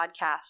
podcast